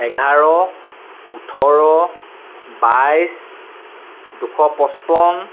এঘাৰ ওঠৰ বাইছ দুশ পঁচপন্ন